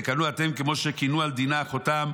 תקנאו אתם כמו שקינאו על דינה אחותם,